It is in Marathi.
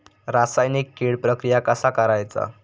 रासायनिक कीड प्रक्रिया कसा करायचा?